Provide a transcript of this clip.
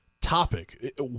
topic